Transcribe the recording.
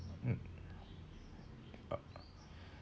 mm uh